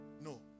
No